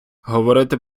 говорити